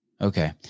Okay